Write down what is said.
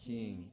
King